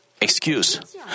excuse